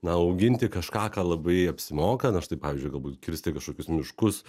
na auginti kažką ką labai apsimoka na štai pavyzdžiui galbūt kirsti kažkokius miškus